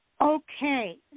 Okay